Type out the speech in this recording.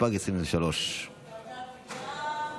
התשפ"ג 2023. סעיפים 1 10